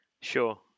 Sure